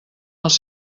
els